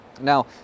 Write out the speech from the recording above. Now